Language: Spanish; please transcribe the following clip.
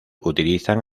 utilizan